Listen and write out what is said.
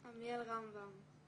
רמב"ם".